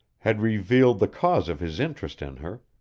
had revealed the cause of his interest in her,